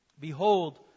Behold